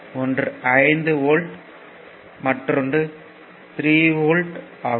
ஒன்று 5 V volt மற்றொன்று 3 V volt ஆகும்